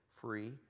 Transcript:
free